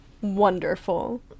Wonderful